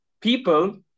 People